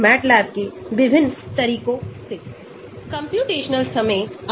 ये सभी सह संबंधित MR और pi हैं